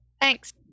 Thanks